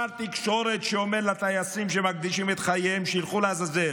שר תקשורת שאומר לטייסים שמקדישים את חייהם שילכו לעזאזל,